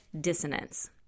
dissonance